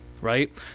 right